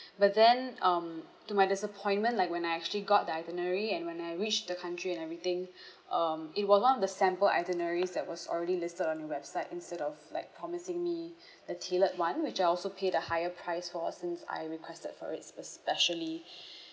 but then um to my disappointment like when I actually got the itinerary and when I reached the country and everything um it was one of the sample itineraries that was already listed on your website instead of like promising me the tailored one which I also paid a higher price for since I requested for it spe~ specially